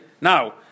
Now